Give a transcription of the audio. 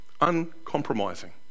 Uncompromising